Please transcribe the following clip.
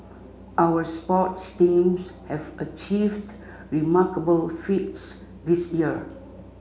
our sports teams have achieved remarkable feats this year